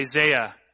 Isaiah